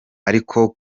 ariko